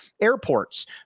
airports